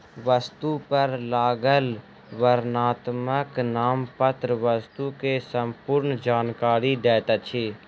वस्तु पर लागल वर्णनात्मक नामपत्र वस्तु के संपूर्ण जानकारी दैत अछि